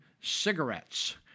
cigarettes